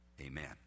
Amen